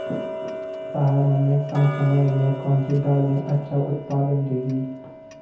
पहाड़ों में कम समय में कौन सी दालें अच्छा उत्पादन देंगी?